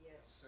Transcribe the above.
Yes